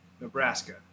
Nebraska